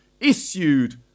issued